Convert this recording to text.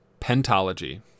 Pentology